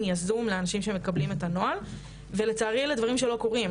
יזום לאנשים שמקבלים את הנוהל ולצערי אלה דברים שלא קורים.